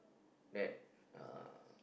that uh